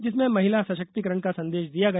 जिसमें महिला सशक्तिकरण का संदेश दिया गया